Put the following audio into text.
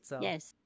Yes